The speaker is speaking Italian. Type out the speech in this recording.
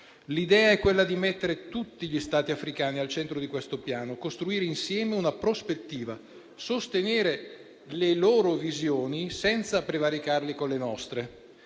L'idea è quella di mettere tutti gli Stati africani al centro di questo piano, di costruire insieme una prospettiva, di sostenere le loro visioni, senza prevaricarle con le nostre.